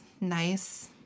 nice